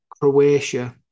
Croatia